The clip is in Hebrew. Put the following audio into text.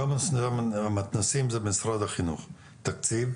היום המתנ"סים הם משרד החינוך, תקציב,